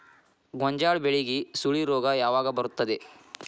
ಗೋಂಜಾಳ ಬೆಳೆಗೆ ಸುಳಿ ರೋಗ ಯಾವಾಗ ಬರುತ್ತದೆ?